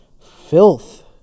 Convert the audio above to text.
filth